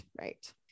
right